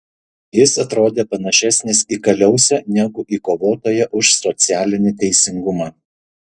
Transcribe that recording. jis atrodė panašesnis į kaliausę negu į kovotoją už socialinį teisingumą